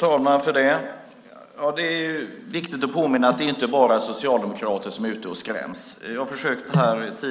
Fru talman! Det är viktigt att påminna om att det inte bara är socialdemokrater som är ute och skräms. Jag har försökt att